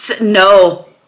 no